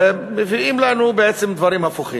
מביאים לנו בעצם דברים הפוכים.